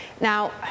Now